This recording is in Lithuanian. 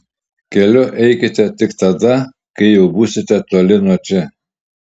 keliu eikite tik tada kai jau būsite toli nuo čia